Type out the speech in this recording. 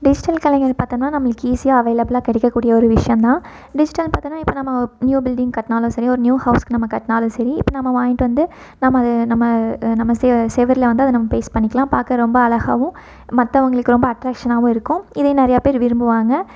digital கலைகள் பார்த்தோம்னா நம்மளுக்கு ஈஸியாக அவைலபிளாக கிடைக்க கூடிய ஒரு விஷயம்தான் டிஜிட்டல்ன்னு பார்த்தோனா இப்போ நம்ம நியூ பில்டிங் கட்டினாலும் சரி ஒரு நியூ ஹவுஸ்க்கு நம்ம கட்டினாலும் சரி இப்போ நம்ம வாங்கிவிட்டு வந்து நம்ம நம்ம நம்ம செ சுவுர்ல வந்து அதை நம்ம பேஸ்ட் பண்ணிக்கலாம் பார்க்க ரொம்ப அழகாகவும் மற்றவங்களுக்கு ரொம்ப அட்ராக்ஷனாகவும் இருக்கும் இதை நிறைய பேர் விரும்புவாங்க